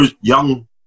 young